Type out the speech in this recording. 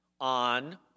on